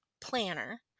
planner